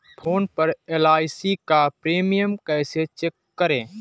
Phone पर LIC का premium कैसे चेक करें?